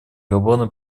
габона